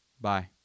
Bye